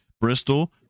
Bristol